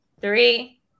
three